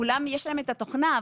לכולם יש את התוכנה,